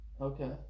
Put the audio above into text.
Okay